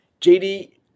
JD